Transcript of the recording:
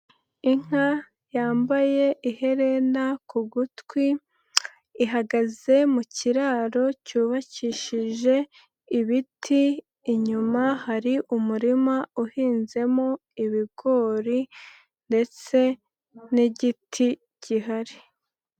Inka yambaye iherena ku gutwi ihagaze mu kiraro cyubakishije ibiti, inyuma hari umurima uhinzemo ibigori ndetse n'igiti gihari.